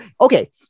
okay